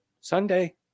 Sunday